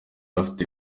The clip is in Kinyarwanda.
afite